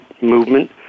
movement